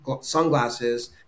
sunglasses